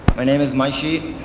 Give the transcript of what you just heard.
my name is munchy.